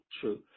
true